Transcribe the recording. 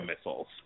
missiles